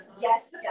Yes